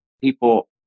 people